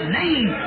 name